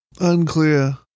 Unclear